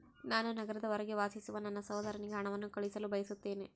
ನಾನು ನಗರದ ಹೊರಗೆ ವಾಸಿಸುವ ನನ್ನ ಸಹೋದರನಿಗೆ ಹಣವನ್ನು ಕಳುಹಿಸಲು ಬಯಸುತ್ತೇನೆ